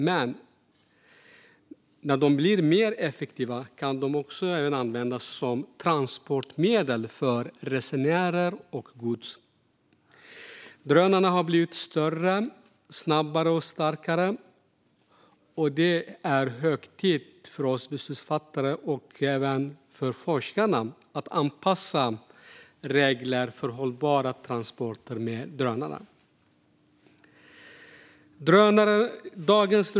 Men när de blir mer effektiva kan de även användas som transportmedel för resenärer och gods. Drönarna har blivit större, snabbare och starkare, och det är hög tid för oss beslutsfattare och för forskarna att anpassa reglerna för hållbara transporter med drönare.